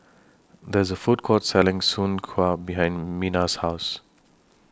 There IS A Food Court Selling Soon Kuih behind Minna's House